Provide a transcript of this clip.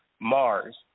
Mars